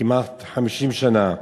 כמעט 50 שנה,